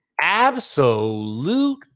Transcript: absolute